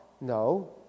No